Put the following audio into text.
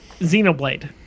Xenoblade